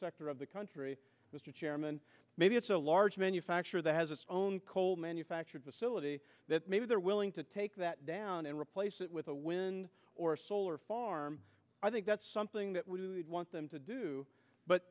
sector of the country mr chairman maybe it's a large manufacturer the has its own cold manufactured facility that maybe they're willing to take that down and replace it with a win or a solar farm i think that's something that we would want them to do but